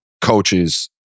coaches